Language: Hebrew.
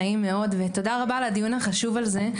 נעים מאוד ותודה רבה על הדיון החשוב הזה.